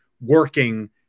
working